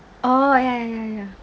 orh ya ya ya ya ya